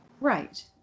Right